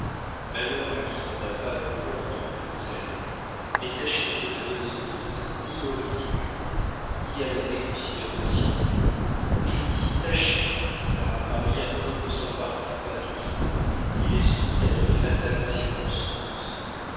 malheur à qui n'en a pas dans le monde où vous allez mais tâchez de ne donner prise ni au ridicule ni à la déconsidération je dis tâchez car à paris un homme ne s'appartient pas toujours il est soumis à de fatales circonstances